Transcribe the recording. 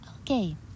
okay